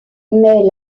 mais